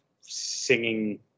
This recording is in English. singing